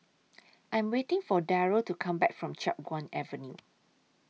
I Am waiting For Darold to Come Back from Chiap Guan Avenue